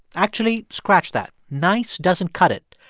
actually, scratch that. nice doesn't cut it.